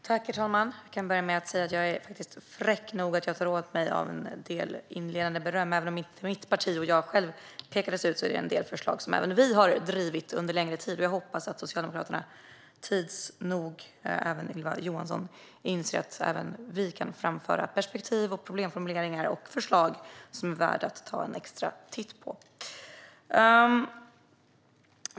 Herr talman! Jag kan börja med att säga att jag faktiskt är fräck nog att ta åt mig av en del inledande beröm. Även om inte mitt parti eller jag själv pekades ut är det en del förslag som även vi har drivit under en längre tid. Jag hoppas att Socialdemokraterna, även Ylva Johansson, tids nog inser att även vi kan framföra perspektiv, problemformuleringar och förslag som är värda att ta en extra titt på.